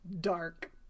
dark